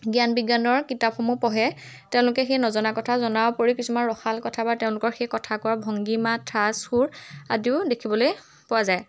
জ্ঞান বিজ্ঞানৰ কিতাপসমূহ পঢ়ে তেওঁলোকে সেই নজনা কথা জনাৰ উপৰিও কিছুমান ৰসাল কথা বা তেওঁলোকৰ সেই কথা কোৱাৰ ভংগীমা ঠাঁচ সুৰ আদিও দেখিবলৈ পোৱা যায়